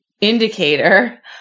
indicator